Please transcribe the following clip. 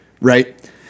right